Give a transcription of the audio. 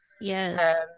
Yes